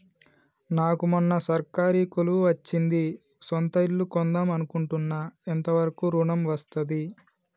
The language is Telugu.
నాకు మొన్న సర్కారీ కొలువు వచ్చింది సొంత ఇల్లు కొన్దాం అనుకుంటున్నా ఎంత వరకు ఋణం వస్తది?